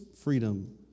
freedom